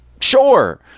Sure